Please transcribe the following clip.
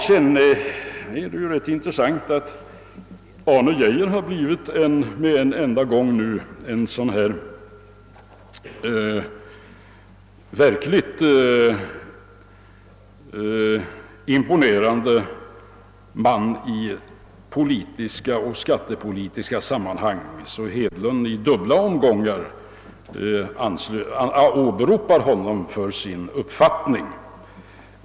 Sedan är det rätt intressant att herr Arne Geijer med en enda gång har blivit en så verkligt imponerande man i politiska och skattepolitiska sammanhang, att även herr Hedlund i dubbla omgångar åberopar honom som stöd för sin uppfattning.